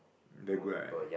very good right